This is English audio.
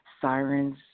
sirens